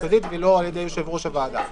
המרכזית ולא על ידי יושב-ראש הוועדה.